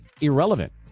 irrelevant